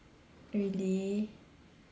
really